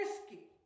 whiskey